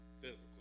physical